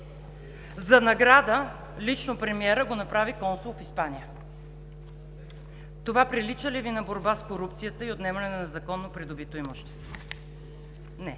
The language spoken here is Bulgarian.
За награда лично премиерът го направи консул в Испания! Това прилича ли Ви на борба с корупцията и отнемане на незаконно придобито имущество? Не.